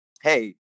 hey